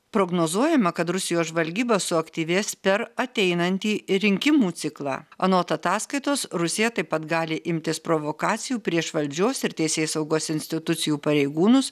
prognozuojama kad rusijos žvalgyba suaktyvės per ateinantį rinkimų ciklą anot ataskaitos rusija taip pat gali imtis provokacijų prieš valdžios ir teisėsaugos institucijų pareigūnus